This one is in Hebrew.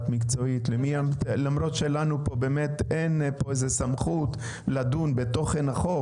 למרות שלנו אין סמכות לדון בתוכן החוק,